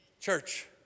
Church